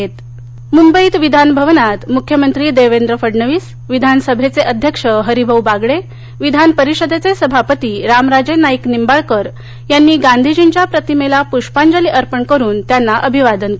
महात्मा गांधी म्ंबईत विधानभवनात म्ख्यमंत्री देवेंद्र फडणवीस विधान सभेचे अध्यक्ष हरिभाऊ बागडे विधान परिषदेचे सभापती रामराजे नाईक निंबाळकर यांनी गांधीजींच्या प्रतिमेला प्ष्पांजली अर्पण करून त्यांना अभिवादन केलं